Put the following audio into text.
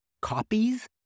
copies